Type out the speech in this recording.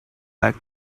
like